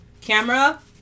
camera